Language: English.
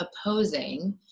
opposing